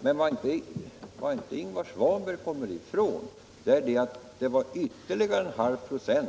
Men vad Ingvar Svanberg inte kommer ifrån är att det var ytterligare en halv procent